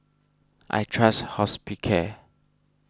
I trust Hospicare